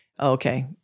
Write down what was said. okay